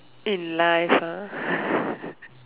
in life ah